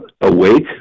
awake